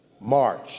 March